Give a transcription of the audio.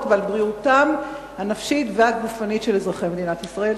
ועל בריאותם הנפשית והגופנית של אזרחי מדינת ישראל.